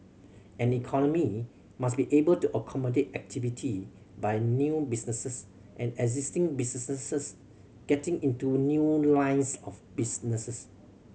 an economy must be able to accommodate activity by new businesses and existing businesses getting into new lines of businesses